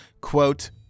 quote